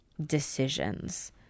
decisions